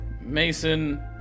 Mason